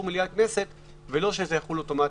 מליאת הכנסת ולא שהיא תחול אוטומטית.